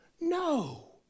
No